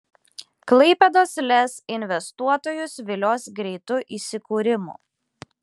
klaipėdos lez investuotojus vilios greitu įsikūrimu